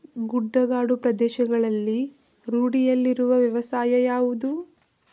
ಗುಡ್ಡಗಾಡು ಪ್ರದೇಶಗಳಲ್ಲಿ ರೂಢಿಯಲ್ಲಿರುವ ವ್ಯವಸಾಯ ಯಾವುದು?